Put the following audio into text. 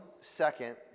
second